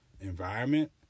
environment